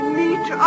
meet